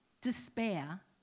despair